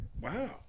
wow